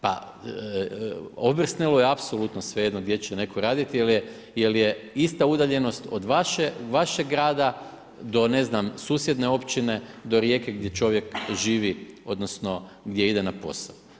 Pa Obersnelu je apsolutno svejedno gdje će tko raditi, jer je ista udaljenost od vašeg grada, do ne znam, susjedne općine, do Rijeke gdje čovjek živi, odnosno gdje ide na posao.